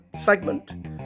segment